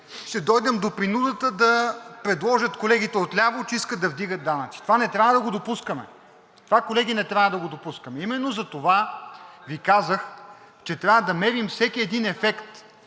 ще дойдем до принудата да предложат колегите отляво, че искат да вдигат данъци. Това не трябва да го допускаме. Това, колеги, не трябва да го допускаме! Именно затова Ви казах, че трябва да мерим всеки един ефект,